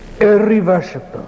irreversible